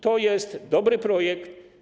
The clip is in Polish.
To jest dobry projekt.